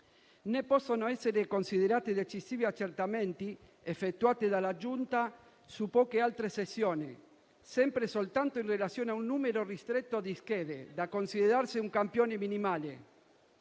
Né possono essere considerati decisivi gli accertamenti effettuati dalla Giunta su poche altre sezioni, sempre soltanto in relazione a un numero ristretto di schede, da considerarsi un campione minimale.